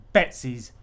Betsy's